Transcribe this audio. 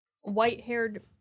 white-haired